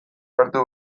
hartu